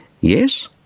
Yes